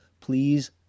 please